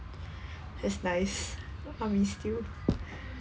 that's nice while we still